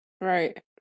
Right